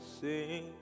sing